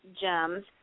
gems